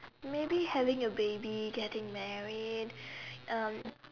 maybe having a baby getting married um